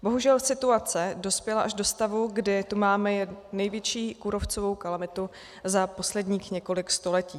Bohužel situace dospěla až do stavu, kdy tu máme největší kůrovcovou kalamitu za posledních několik století.